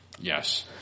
Yes